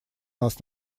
нас